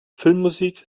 filmmusik